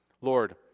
Lord